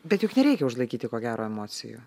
bet juk nereikia užlaikyti ko gero emocijų